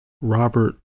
Robert